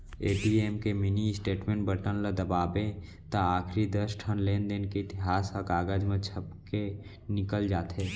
ATM के mini statement button ल दबावें त आखरी दस ठन लेनदेन के इतिहास ह कागज म छपके निकल जाथे